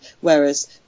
Whereas